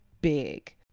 big